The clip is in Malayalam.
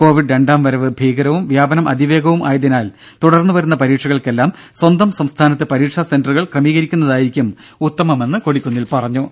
കോവിഡ് രണ്ടാംവരവ് ഭീകരവും വ്യാപനം അതിവേഗവും ആയതിനാൽ തുടർന്നുവരുന്ന പരീക്ഷകൾക്കെല്ലാം സ്വന്തം സംസ്ഥാനത്ത് പരീക്ഷാ സെന്ററുകൾ ക്രമീകരിക്കുന്നതായിരിക്കും ഉത്തമമെന്ന് കൊടിക്കുന്നിൽ പറഞ്ഞു